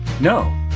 No